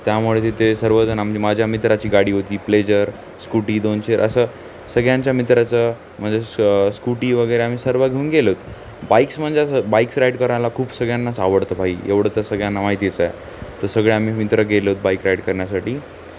त्यामुळे तिथे सर्वजण आम माझ्या मित्राची गाडी होती प्लेजर स्कूटी दोनचेर असं सगळ्यांच्या मित्राचं म्हणजे स स्कूटी वगैरे आम्ही सर्व घेऊन गेलोत बाईक्स म्हणजे असं बाईक्स राईड करायला खूप सगळ्यांनाच आवडतं बाई एवढं तर सगळ्यांना माहितीच आहे तर सगळे आम्ही मित्र गेलोत बाईक राईड करण्यासाठी